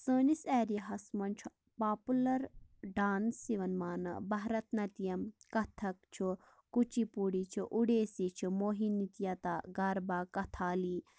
سٲنِس ایریاہَس مَنٛز چھُ پاپُلر ڈانٕس یوان ماننہٕ بھارت نتیَم کَتھَک چھُ کوچی پوڈی چھ اوڈیسی چھ موہِی نتیاتا گاربا کَتھالی